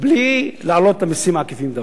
בלי להעלות את המסים העקיפים דווקא.